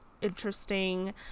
interesting